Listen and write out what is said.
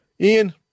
Ian